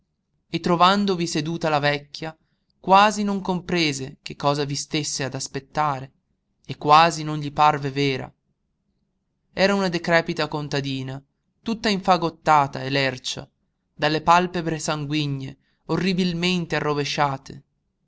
e trovandovi seduta la vecchia quasi non comprese che cosa vi stesse ad aspettare e quasi non gli parve vera era una decrepita contadina tutta infagottata e lercia dalle pàlpebre sanguigne orribilmente arrovesciate